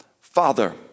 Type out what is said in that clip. Father